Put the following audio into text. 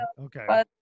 okay